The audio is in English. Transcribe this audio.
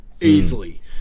Easily